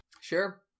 Sure